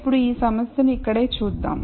ఇప్పుడు ఈ సమస్యను ఇక్కడే చూద్దాం